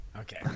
okay